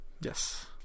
Yes